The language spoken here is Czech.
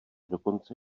dokonce